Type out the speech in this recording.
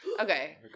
okay